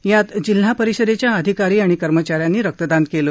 यात जिल्हा परिषदेच्या अधिकारी आणि कर्मचा यांनी रक्तदान केलं